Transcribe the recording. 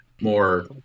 more